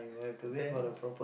then